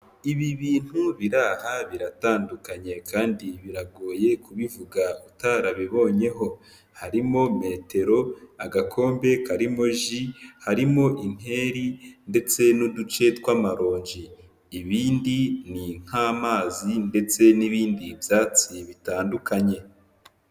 Ibi bintu biraha biratandukanye kandi biragoye kubivuga utarabibonyeho, harimo metero, agakombe karimo ji, harimo inkeri ndetse n'uduce tw'amaronji, ibindi ni nk'amazi ndetse n'ibindi byatsi bitandukanye.